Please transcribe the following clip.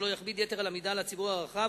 שלא יכביד יתר על המידה על הציבור הרחב,